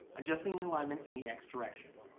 adjusting the alignment in the x-direction